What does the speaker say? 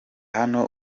hano